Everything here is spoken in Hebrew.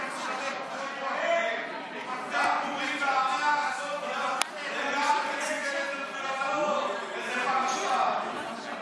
גם בורים ועמי ארצות וגם, איזה פח אשפה.